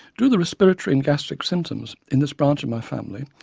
do the respiratory and gastric symptoms in this branch of my family,